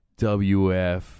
WF